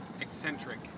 eccentric